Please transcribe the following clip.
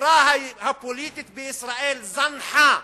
החברה הפוליטית בישראל זנחה,